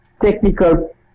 technical